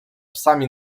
psami